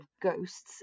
ghosts